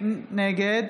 נגד